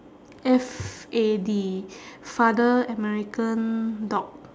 F A D father american dog